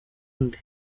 nde